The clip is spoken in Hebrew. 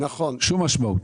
שום משמעות.